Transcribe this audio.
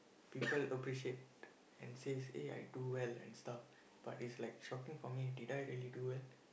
people appreciate and say eh I do well and stuff but it's like shocking for me did I really do well